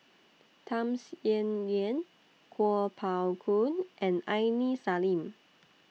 Tham Sien Yen Yen Kuo Pao Kun and Aini Salim